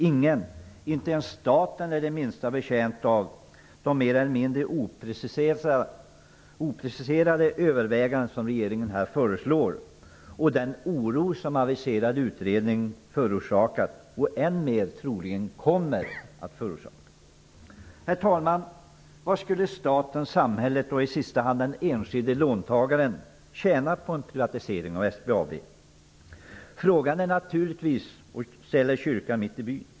Ingen, inte ens staten, är det minsta betjänt av de mer eller mindre opreciserade överväganden som regeringen här föreslår och den oro som aviserad utredning har förorsakat, och troligen än mer kommer att förorsaka. Herr talman! Vad skulle staten, samhället och i sista hand den enskilde låntagaren tjäna på en privatisering av SBAB? Frågan är naturligtvis berättigad och ställer kyrkan mitt i byn.